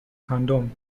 کاندوم